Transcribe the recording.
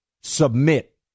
Submit